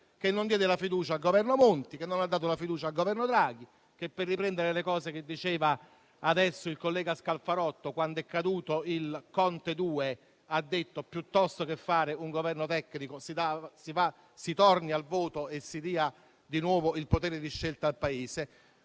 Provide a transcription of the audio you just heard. che non diede la fiducia al Governo Monti, che non ha dato la fiducia al Governo Draghi e che, per riprendere le osservazioni del collega Scalfarotto, quando è caduto il Governo Conte-*bis* ha detto: piuttosto che fare un Governo tecnico, si torni al voto e si dia di nuovo il potere di scelta al Paese.